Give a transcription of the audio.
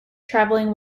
travelling